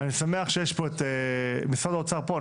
אני שמח שמשרד האוצר פה.